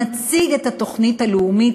נציג את התוכנית הלאומית,